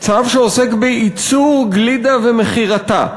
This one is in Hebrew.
צו שעוסק בייצור גלידה ומכירתה,